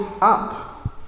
up